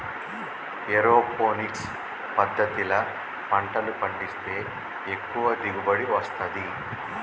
aeroponics పద్దతిల పంటలు పండిస్తే ఎక్కువ దిగుబడి వస్తది